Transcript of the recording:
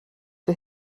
für